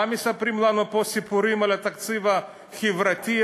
מה מספרים לנו פה סיפורים על התקציב החברתי,